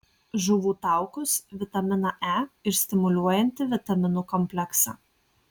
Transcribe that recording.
žuvų taukus vitaminą e ir stimuliuojantį vitaminų kompleksą